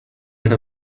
era